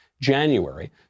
January